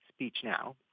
SpeechNow